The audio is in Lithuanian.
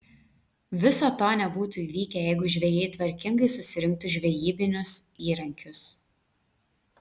viso to nebūtų įvykę jeigu žvejai tvarkingai susirinktų žvejybinius įrankius